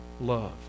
love